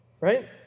Right